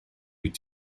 wyt